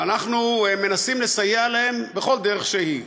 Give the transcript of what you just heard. ואנחנו מנסים לסייע להם בכל דרך שהיא,